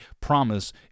promise